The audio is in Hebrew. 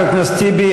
חבר הכנסת טיבי,